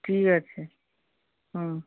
ঠিক আছে হুম